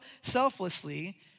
selflessly